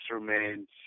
remains